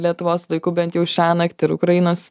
lietuvos laiku bent jau šiąnakt ir ukrainos